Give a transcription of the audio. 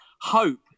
hope